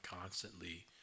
constantly